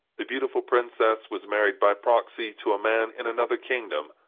the beautiful princess was married by proxy to a man in another kingdom,